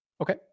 Okay